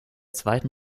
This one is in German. zweiten